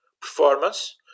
performance